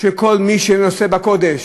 של כל מי שנושא בקודש.